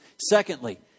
Secondly